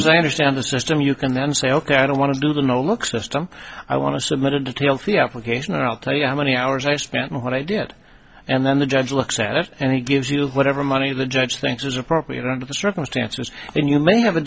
since i understand the system you can then say ok i don't want to do the no look system i want to submit a detailed the application and i'll tell you how many hours i spent in what i did and then the judge looks at it and he gives you whatever money the judge thinks is appropriate under the circumstances and you may have a